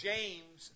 James